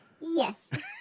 Yes